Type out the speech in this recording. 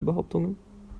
behauptungen